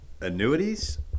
annuities